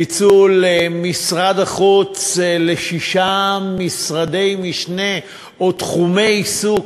פיצול משרד החוץ לשישה משרדי משנה או תחומי עיסוק,